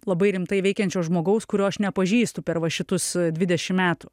labai rimtai veikiančio žmogaus kurio aš nepažįstu per va šitus dvidešim metų